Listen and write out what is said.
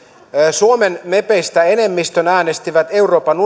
suomen mepeistä enemmistö äänesti euroopan